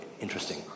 interesting